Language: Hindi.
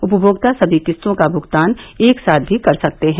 उपनोक्ता सभी किस्तों का भगतान एक साथ भी कर सकते हैं